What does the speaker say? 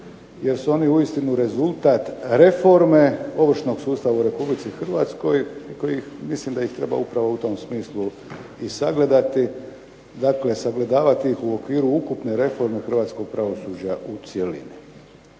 jer su oni uistinu rezultat reforme ovršnog sustava u RH i mislim da ih treba upravo u tom smislu i sagledati, dakle sagledavati ih u okviru ukupne reforme hrvatskog pravosuđa u cjelini.